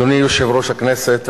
אדוני יושב-ראש הכנסת,